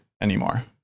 anymore